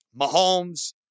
Mahomes